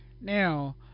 Now